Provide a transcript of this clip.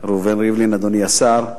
ראובן ריבלין, אדוני השר,